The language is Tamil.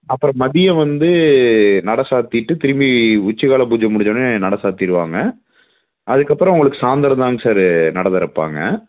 அப்புறம் மதியம் வந்து நடை சாற்றிட்டு திரும்பி உச்சிகால பூஜை முடிஞ்சோனே நடை சாற்றிடுவாங்க அதுக்கப்புறம் உங்களுக்கு சாயந்தரம்தாங்க சார் நடை திறப்பாங்க